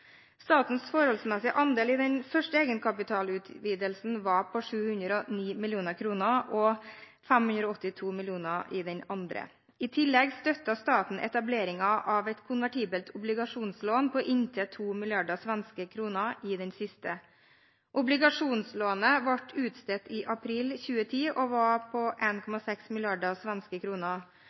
Statens forholdsmessige andel i den første egenkapitalutvidelsen var på 709 mill. kr og 582 mill. kr i den andre. I tillegg støttet staten etableringen av et konvertibelt obligasjonslån på inntil 2 mrd. svenske kroner i den siste. Obligasjonslånet ble utstedt i april 2010 og var på 1,6 mrd. svenske kroner.